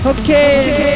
Okay